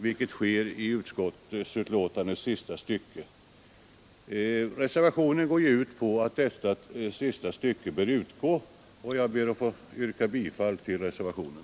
Reservationen har tillkommit därför att vi reservanter anser detta mindre lämpligt. Enligt reservationen bör detta sista stycke utgå. Jag ber att få yrka bifall till reservationen.